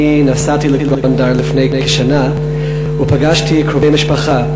אני נסעתי לגונדר לפני כשנה ופגשתי קרובי משפחה,